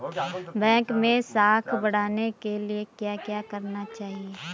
Bank मैं साख बढ़ाने के लिए क्या क्या करना चाहिए?